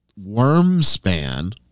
Wormspan